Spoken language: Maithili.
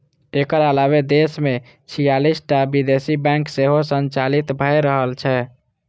एकर अलावे देश मे छियालिस टा विदेशी बैंक सेहो संचालित भए रहल छै